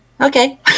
Okay